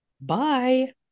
Bye